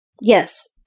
Yes